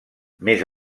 més